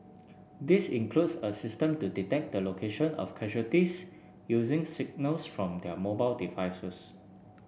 this includes a system to detect the location of casualties using signals from their mobile devices